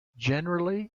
generally